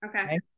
Okay